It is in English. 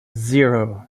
zero